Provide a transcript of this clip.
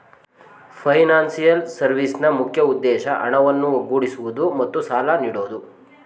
financial ಸರ್ವಿಸ್ನ ಮುಖ್ಯ ಉದ್ದೇಶ ಹಣವನ್ನು ಒಗ್ಗೂಡಿಸುವುದು ಮತ್ತು ಸಾಲ ನೀಡೋದು